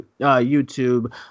YouTube